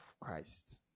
Christ